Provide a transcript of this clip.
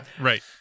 Right